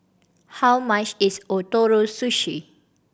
how much is Ootoro Sushi